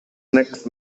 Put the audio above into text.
next